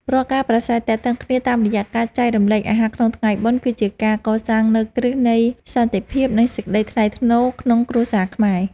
រាល់ការប្រាស្រ័យទាក់ទងគ្នាតាមរយៈការចែករំលែកអាហារក្នុងថ្ងៃបុណ្យ គឺជាការកសាងនូវគ្រឹះនៃសន្តិភាព និងសេចក្តីថ្លៃថ្នូរក្នុងគ្រួសារខ្មែរ។